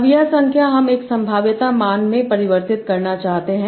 अब यह संख्या हम एक संभाव्यता मान में परिवर्तित करना चाहते हैं